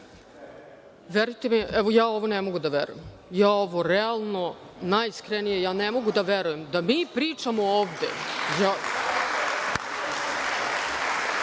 Verujte, evo, ja ovo ne mogu da verujem. Ja ovo realno, najiskrenije ne mogu da verujem da mi pričamo ovde…Vi